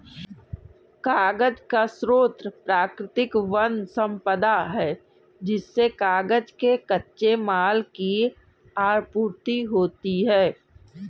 कागज का स्रोत प्राकृतिक वन सम्पदा है जिससे कागज के कच्चे माल की आपूर्ति होती है